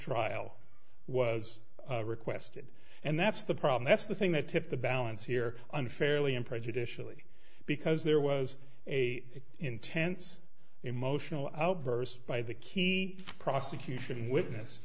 mistrial was requested and that's the problem that's the thing that tipped the balance here unfairly and prejudicially because there was a intense emotional outburst by the key prosecution witness